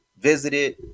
visited